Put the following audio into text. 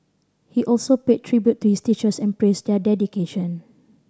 he also paid tribute to his teachers and praised their dedication